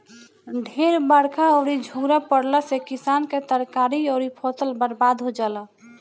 ढेर बरखा अउरी झुरा पड़ला से किसान के तरकारी अउरी फसल बर्बाद हो जाला